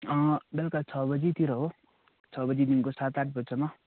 बेलुका छ बजीतिर हो छ बजीदेखिको सात आठ बजीसम्म